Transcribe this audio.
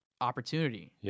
opportunity